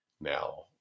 now